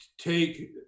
take